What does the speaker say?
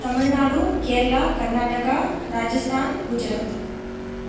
Tamil Nadu Kerala Karnataka Rajasthan Gujarat